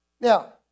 Now